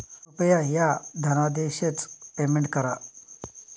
कृपया ह्या धनादेशच पेमेंट करा